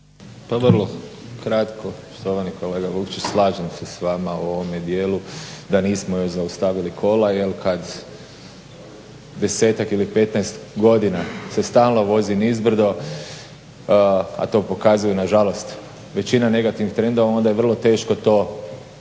Pa vrlo kratko. Štovani kolega Vukšić, slažem se s vama u ovome dijelu da nismo još zaustavili kola jel kad desetak ili 15 godina se stalno vozi nizbrdo a to pokazuju nažalost većina negativnih trendova onda je vrlo teško u jednom